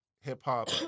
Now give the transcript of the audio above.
hip-hop